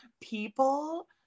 People